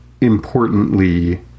importantly